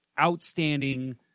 outstanding